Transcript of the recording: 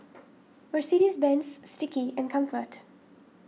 Mercedes Benz Sticky and Comfort